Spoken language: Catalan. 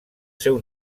seu